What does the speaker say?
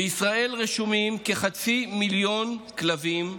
בישראל רשומים כחצי מיליון כלבים,